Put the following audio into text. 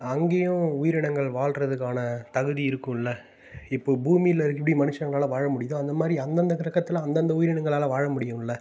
அங்கேயும் உயிரினங்கள் வாழ்றதுக்கான தகுதி இருக்குமில இப்போது பூமியில் எப்படி மனுஷங்களால் வாழ முடியுதோ அந்த மாதிரி அந்தந்த கிரகத்தில் அந்தந்த உயிரினங்களால் வாழ முடியுமில